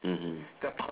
mmhmm